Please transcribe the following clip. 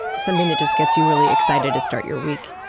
something that just gets you really excited to start your week?